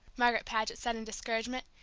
margaret paget said in discouragement.